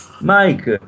Mike